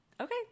Okay